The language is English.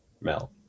Mel